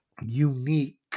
unique